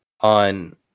on